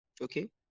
Okay